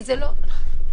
מה הבעיה?